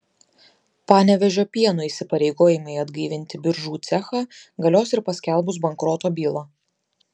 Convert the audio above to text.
panevėžio pieno įsipareigojimai atgaivinti biržų cechą galios ir paskelbus bankroto bylą